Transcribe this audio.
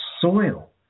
soil